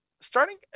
starting